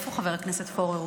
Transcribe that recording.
איפה חבר הכנסת פורר?